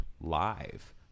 live